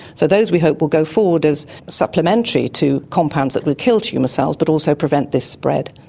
so those we hope will go forward as supplementary to compounds that will kill tumour cells but also prevent this spread.